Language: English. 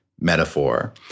metaphor